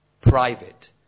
private